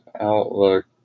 outlook